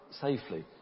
safely